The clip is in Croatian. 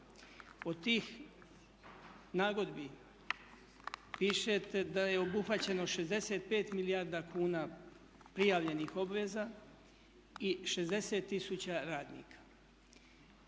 Od tih nagodbi pišete da je obuhvaćeno 65 milijardi kuna prijavljenih obveza i 60 tisuća radnika.